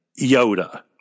Yoda